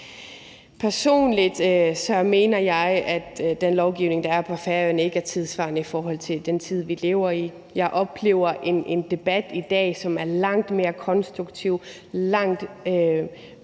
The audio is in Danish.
Personligt mener jeg, at den lovgivning, der er på Færøerne, ikke er tidssvarende i forhold til den tid, vi lever i. Jeg oplever i dag en debat, som er langt mere konstruktiv og langt